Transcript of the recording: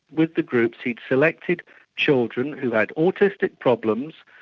with the groups, he'd selected children who had autistic problems,